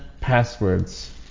passwords